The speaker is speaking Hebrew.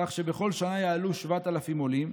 כך שבכל שנה יעלו 7,000 עולים,